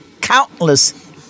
countless